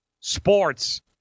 sports